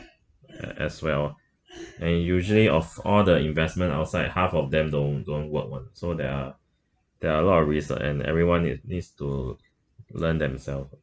uh as well and usually of all the investment outside half of them don't don't work [one] so there are there are a lot of risk lah and everyone need needs to learn themselves